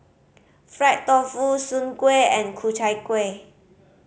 fried tofu Soon Kuih and Ku Chai Kueh